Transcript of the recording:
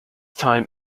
time